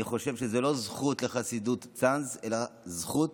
אני חושב שזה לא זכות לחסידות צאנז אלא זכות